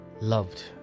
loved